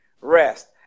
rest